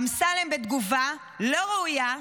אמסלם בתגובה: לא ראויה,